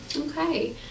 Okay